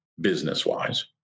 business-wise